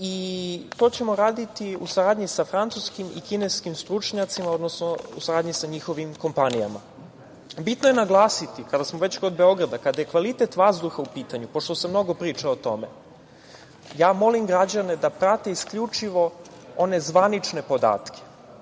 To ćemo raditi u saradnji sa francuskim i kineskim stručnjacima, odnosno u saradnji sa njihovim kompanijama. Bitno je naglasiti, kada smo već kod Beograda, kada je kvalitet vazduha u pitanju, pošto se mnogo priča o tome, molim građane da prate isključivo one zvanične podatke.